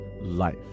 life